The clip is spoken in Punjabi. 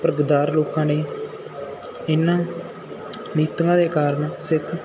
ਪਰ ਗੱਦਾਰ ਲੋਕਾਂ ਨੇ ਇਹਨਾਂ ਨੀਤੀਆਂ ਦੇ ਕਾਰਨ ਸਿੱਖ